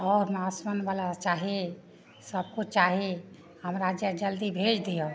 आओर वला चाही सबकिछु चाही हमरा जे जल्दी भेजि दिअऽ हाँ